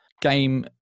game